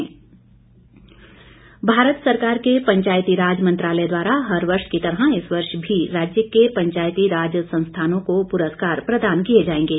वीरेंद्र कंवर भारत सरकार के पंचायती राज मन्त्रालय द्वारा हर वर्ष की तरह इस वर्ष भी राज्य के पंचायती राज संस्थानों को पुरस्कार प्रदान किए जाएंगे